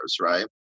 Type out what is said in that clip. right